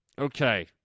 Okay